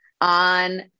on